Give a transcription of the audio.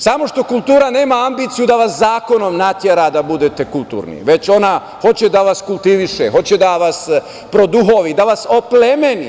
Samo što kultura nema ambiciju da vas zakonom natera da budete kulturni, već ona hoće da vas kultiviše, hoće da vas produhovi, da vas oplemeni.